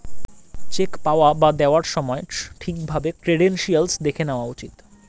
check পাওয়া বা দেওয়ার সময় ঠিক ভাবে ক্রেডেনশিয়াল্স দেখে নেওয়া উচিত